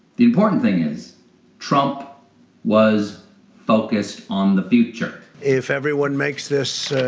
the important thing is trump was focused on the future. if everyone makes this